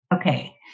Okay